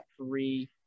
three